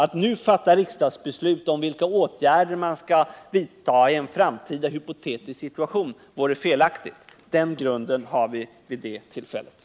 Att nu fatta riksdagsbeslut om vilka åtgärder som skall vidtas i en framtida hypotetisk situation vore felaktigt. Herr talman! Jag yrkar bifall till centerreservationerna.